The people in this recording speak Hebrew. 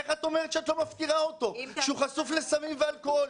איך את אומרת שאת לא מפקירה אותו כשהוא חשוף לסמים ולאלכוהול?